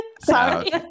sorry